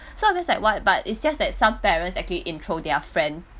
so I just like what but its just that some parents actually intro their friend